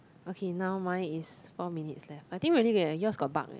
okay now mine is four minutes left I think really eh yours got bug eh